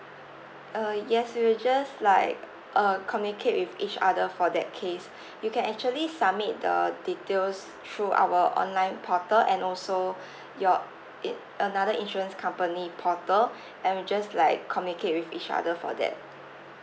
uh yes we will just like uh communicate with each other for that case you can actually submit the details through our online portal and also your i~ another insurance company portal and we just like communicate with each other for that